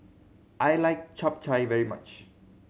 I like Chap Chai very much